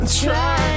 Try